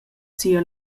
sia